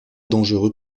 dangereux